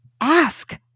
Ask